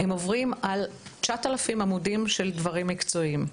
הם עוברים על 9,000 עמודים של דברים מקצועיים.